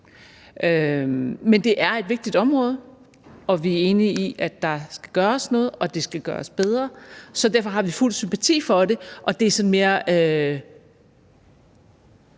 Men det er et vigtigt område, og vi er enige i, at der skal gøres noget, og at det skal gøres bedre, og derfor har vi fuld sympati for det, og det er sådan mere